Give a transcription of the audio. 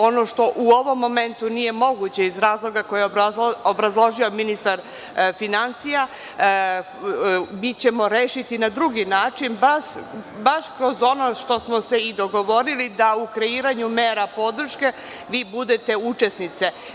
Ono što u ovom momentu nije moguće iz razloga koje je obrazložio ministar finansija mi ćemo rešiti na drugi način baš kroz ono što smo se i dogovorili, da u kreiranju mera podrške vi budete učesnice.